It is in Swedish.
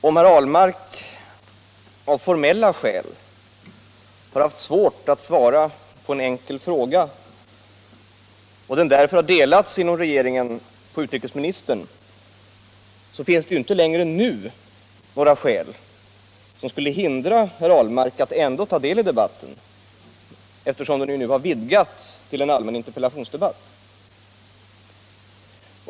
Om herr Ahlmark av formella skäl har haft svårt att svara på en ställd fråga och den därför inom regeringen har överlämnats till utrikesministern, finns det ju nu inte längre några skäl som skulle hindra herr Ahlmark att ändå ta del i debatten, eftersom den har vidgats till en allmän interpellationsdebatt.